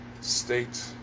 state